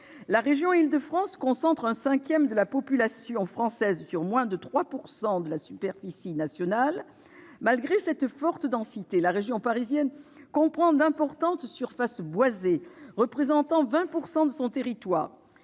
La région de l'Île-de-France concentre un cinquième de la population française sur moins de 3 % de la superficie nationale. Malgré cette forte densité, la région parisienne comprend d'importantes surfaces boisées, représentant 20 % de son territoire.